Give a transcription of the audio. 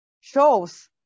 shows